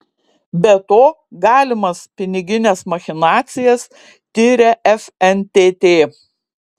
be to galimas pinigines machinacijas tiria fntt